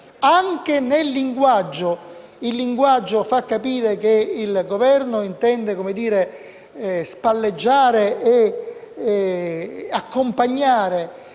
Anche il linguaggio fa capire che il Governo intende spalleggiare e accompagnare